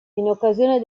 occasione